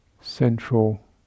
central